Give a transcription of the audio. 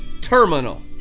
terminal